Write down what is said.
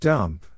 Dump